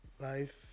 Life